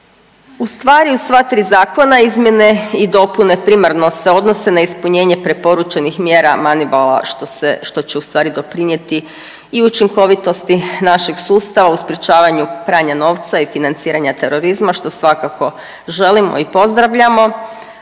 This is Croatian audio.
U stvari u sva tri zakona izmjene i dopune primarno se odnose na ispunjenje preporučenih mjera …/Govornica se ne razumije/… što se, što će ustvari doprinijeti i učinkovitosti našeg sustava u sprječavanju pranja novca i financiranja terorizma što svakako želimo i pozdravljamo.